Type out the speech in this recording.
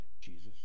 Jesus